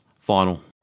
final